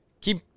Keep